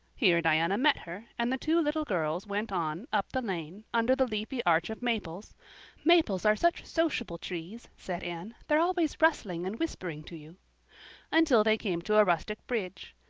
here diana met her, and the two little girls went on up the lane under the leafy arch of maples maples are such sociable trees, said anne they're always rustling and whispering to you until they came to a rustic bridge.